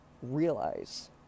realize